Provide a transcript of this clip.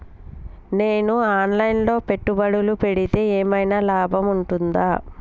నేను online లో పెట్టుబడులు పెడితే ఏమైనా లాభం ఉంటదా?